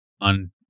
on